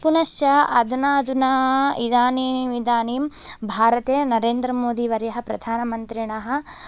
पुनश्च अधुना अधुना इदानीम् इदानीं भारते नरेन्द्रमोदीवर्यः प्रधानमन्त्रिणः